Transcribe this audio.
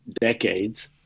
decades